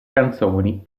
canzoni